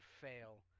fail